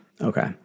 Okay